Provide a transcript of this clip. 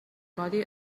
codi